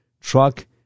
truck